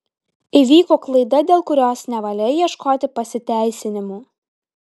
įvyko klaida dėl kurios nevalia ieškoti pasiteisinimų